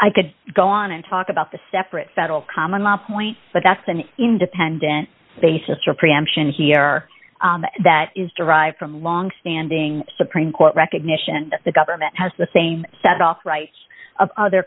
i could go on and talk about the separate federal common law point but that's an independent basis or preemption here that is derived from a long standing supreme court recognition that the government has the same set off rights of other